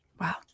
Wow